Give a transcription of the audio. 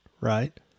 right